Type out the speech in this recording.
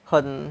很